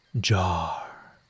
jar